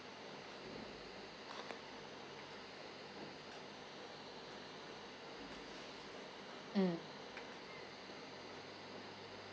mm